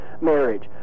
marriage